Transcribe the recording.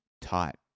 taught